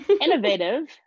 innovative